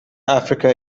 africa